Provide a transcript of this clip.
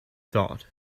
thought